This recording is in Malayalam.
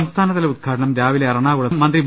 സംസ്ഥാനതല ഉദ്ഘാടനം രാവിലെ എറണാകുളത്ത് മന്ത്രി വി